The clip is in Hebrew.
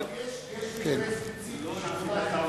אבל יש מקרה ספציפי.